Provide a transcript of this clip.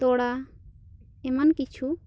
ᱛᱚᱲᱟ ᱮᱢᱟᱱ ᱠᱤᱪᱷᱩ